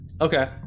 Okay